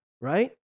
right